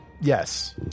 Yes